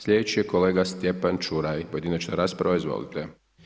Slijedeći je kolega Stjepan Čuraj, pojedinačna rasprava, izvolite.